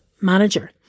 manager